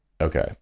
okay